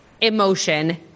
emotion